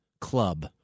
club